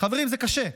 חברים, זה קשה.